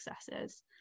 successes